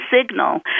signal